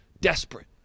Desperate